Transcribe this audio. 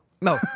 No